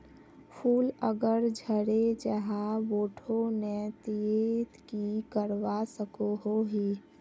फूल अगर झरे जहा बोठो नी ते की करवा सकोहो ही?